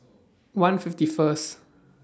one fifty First